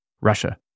Russia